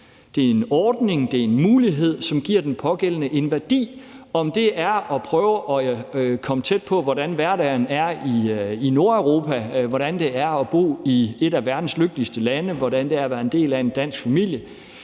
det er en ordning og en mulighed, som giver den pågældende en værdi. Om det er at prøve at komme tæt på, hvordan hverdagen er i Nordeuropa, hvordan det er at bo i et af verdens lykkeligste lande, hvordan det er at være en del af en dansk familie,